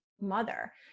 mother